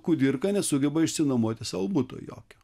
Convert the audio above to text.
kudirka nesugeba išsinuomoti sau buto jokio